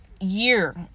year